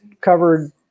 covered